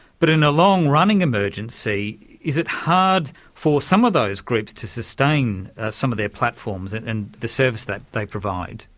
but in a long-running emergency is it hard for some of those groups to sustain some of their platforms and and the service that they provide?